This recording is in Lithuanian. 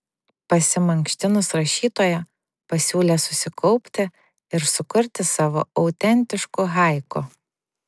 pasimankštinus rašytoja pasiūlė susikaupti ir sukurti savo autentiškų haiku